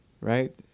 right